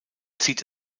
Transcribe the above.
zieht